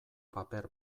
paper